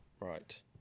Right